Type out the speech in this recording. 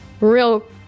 Real